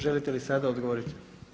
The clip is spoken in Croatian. Želite li sada odgovoriti?